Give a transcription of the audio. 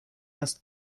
است